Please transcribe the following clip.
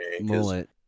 mullet